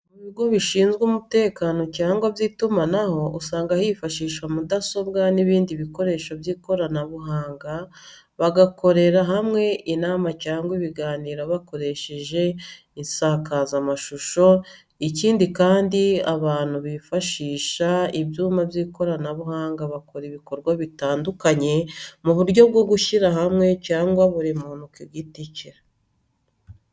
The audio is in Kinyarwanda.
Mu bigo bishinzwe umutekano cyangwa by'itumanaho usanga hifashishwa mudasobwa n'ibindi bikoresho by'ikoranabuhanga, bagakorera hamwe inama cyangwa ibiganiro bakoresheje insakazamashusho, ikindi kandi abantu bifashisha ibyuma by'ikoranabuhanga bakora ibikorwa bitandukanye mu buryo bwo gushyira hamwe cyangwa buri muntu ku giti cye.